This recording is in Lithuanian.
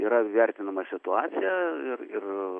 yra vertinama situacija ir ir